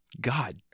God